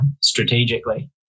strategically